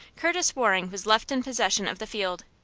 curtis waring was left in possession of the field.